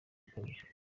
ukabije